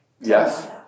yes